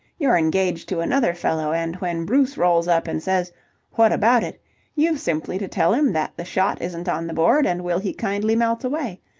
you're engaged to another fellow, and when bruce rolls up and says what about it you've simply to tell him that the shot isn't on the board and will he kindly melt away.